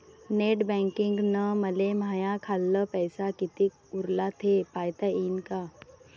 Net बँकिंगनं मले माह्या खाल्ल पैसा कितीक उरला थे पायता यीन काय?